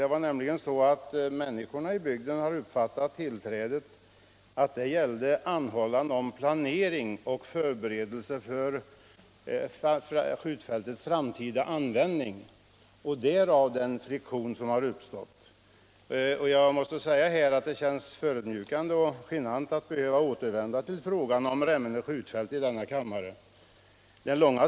Det var nämligen så att människorna i bygden hade uppfattat att tillträdet gällde en anhållan om planering och förberedelse för skjutfältets framtida användning — därav den friktion som uppstått. Jag måste säga att det känns förödmjukande och genant att behöva återvända till frågan om Remmene skjutfält i denna kammare.